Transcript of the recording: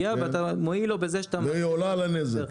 ואתה מועיל לו בזה --- והיא עולה על הנזק.